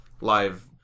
live